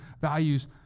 values